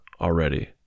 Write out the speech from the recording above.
already